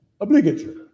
Obligatory